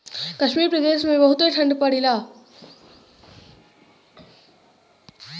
कश्मीर प्रदेस मे बहुते ठंडी पड़ेला